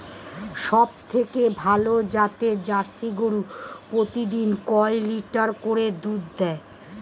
সবথেকে ভালো জাতের জার্সি গরু প্রতিদিন কয় লিটার করে দুধ দেয়?